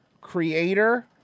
creator